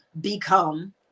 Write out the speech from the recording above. become